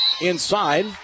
inside